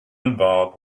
involved